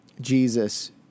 Jesus